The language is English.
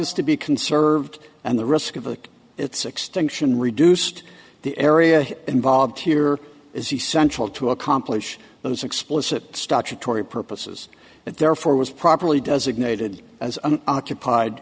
is to be conserved and the risk of its extinction reduced the area involved here is essential to accomplish those explicit statutory purposes that therefore was properly designated as an occupied